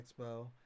expo